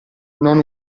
non